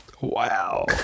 Wow